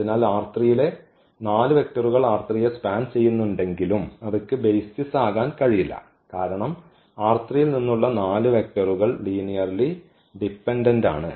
അതിനാൽ യിലെ 4 വെക്റ്ററുകൾ യെ സ്പാൻ ചെയ്യുന്നുണ്ടെങ്കിലും അവയ്ക്ക് ബെയ്സിസ് ആകാൻ കഴിയില്ല കാരണം യിൽ നിന്നുള്ള 4 വെക്റ്ററുകൾ ലീനിയർലി ഡിപെൻഡന്റ് ആണ്